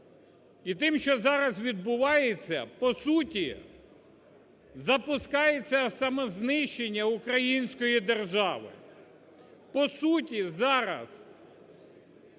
і тим, що зараз відбувається, по суті, запускається самознищення української держави. По суті, зараз